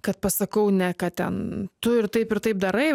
kad pasakau ne kad ten tu ir taip ir taip darai